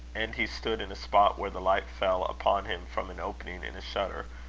and he stood in a spot where the light fell upon him from an opening in a shutter,